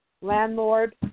landlord